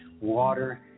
water